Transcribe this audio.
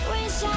Wish